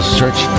search